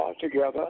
together